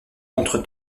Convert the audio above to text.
contre